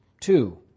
two